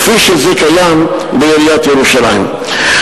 כפי שזה קיים בעיריית ירושלים.